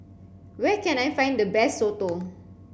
where can I find the best Soto